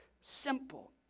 simple